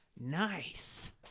nice